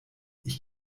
ich